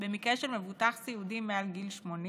במקרה של מבוטח סיעודי מעל גיל 80